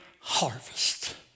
harvest